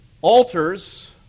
Altars